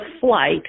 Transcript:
flight